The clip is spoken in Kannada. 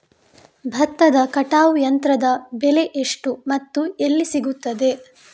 ಭತ್ತದ ಕಟಾವು ಯಂತ್ರದ ಬೆಲೆ ಎಷ್ಟು ಮತ್ತು ಎಲ್ಲಿ ಸಿಗುತ್ತದೆ?